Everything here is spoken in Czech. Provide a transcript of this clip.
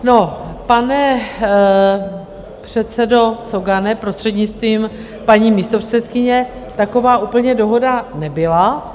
No, pane předsedo Cogane, prostřednictvím paní místopředsedkyně, taková úplně dohoda nebyla.